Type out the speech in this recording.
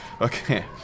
okay